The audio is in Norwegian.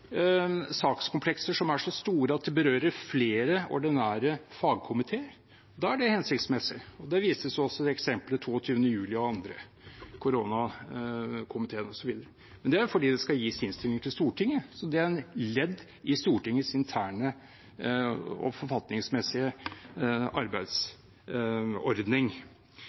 sakskomplekser som er så store at de berører flere ordinære fagkomiteer. Da er det hensiktsmessig. Det vises også til eksempelet med 22. juli-komiteen og andre, f.eks. koronakomiteen. Men det er fordi det skal avgis innstillinger til Stortinget. Det er et ledd i Stortingets interne og forfatningsmessige arbeidsordning.